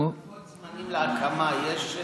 לוחות זמנים להקמה יש?